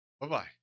bye-bye